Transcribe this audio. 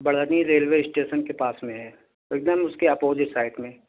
Barhni railway station کے پاس میں ہے ایک دم اس کے اپوزٹ سائڈ میں